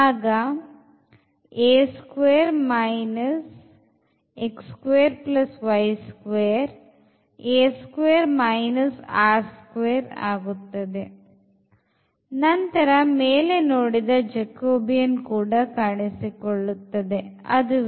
ಆಗುತ್ತದೆ ನಂತರ ಮೇಲೆ ನೋಡಿದ jacobian ಕೂಡ ಕಾಣಿಸಿಕೊಳ್ಳುತ್ತದೆ ಅದುವೇ rdrdθ